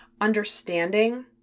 understanding